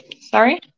Sorry